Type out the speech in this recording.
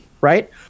Right